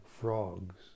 frogs